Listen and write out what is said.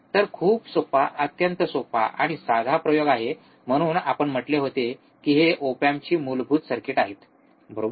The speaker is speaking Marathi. तर खूप सोपा अत्यंत सोपा आणि साधा प्रयोग आहे म्हणून आपण म्हटले होते की हे ओप एम्पची मूलभूत सर्किट आहेत बरोबर